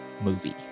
movie